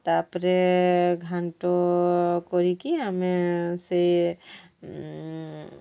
ତା'ପରେ ଘାଣ୍ଟ କରିକି ଆମେ ସେ